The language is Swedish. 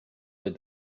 vid